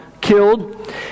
killed